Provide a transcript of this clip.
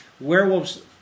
werewolves